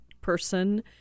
person